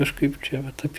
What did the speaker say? kažkaip čia vat apie